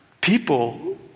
People